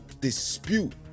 dispute